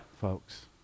folks